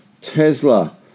Tesla